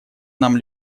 нам